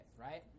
right